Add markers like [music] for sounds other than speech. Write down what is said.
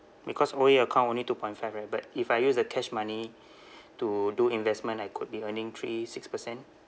because O_A account only two point five right but if I use the cash money [breath] to do investment I could be earning three six percent